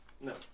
No